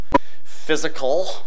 physical